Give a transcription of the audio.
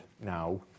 now